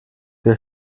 wir